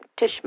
Tishman